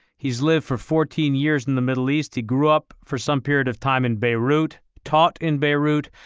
he's lived for fourteen years in the middle east. he grew up for some period of time in beirut, taught in beirut,